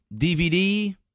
DVD